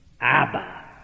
Abba